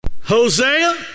Hosea